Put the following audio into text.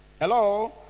Hello